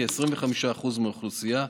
כ-25% מהאוכלוסייה.